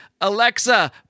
Alexa